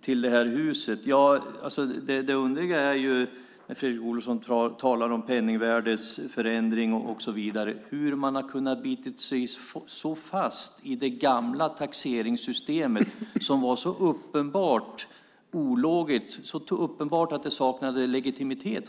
till frågan om de två husen. Det underliga är, när Fredrik Olovsson talar om penningvärdesförändring och annat, att man bitit sig fast så hårt i det gamla taxeringssystemet, som så uppenbart saknade legitimitet.